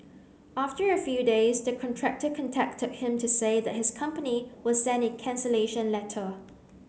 after a few days the contractor contacted him to say that his company will send a cancellation letter